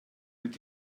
mit